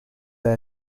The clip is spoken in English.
they